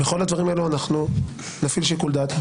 בכל הדברים האלה נפעיל שיקול דעת.